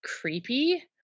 creepy